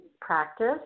practice